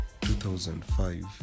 2005